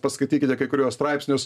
paskaitykite kai kuriuos straipsnius